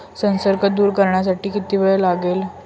संसर्ग दूर करण्यासाठी किती वेळ लागेल?